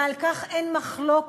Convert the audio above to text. ועל כך אין מחלוקת.